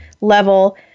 level